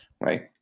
right